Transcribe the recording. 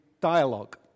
dialogue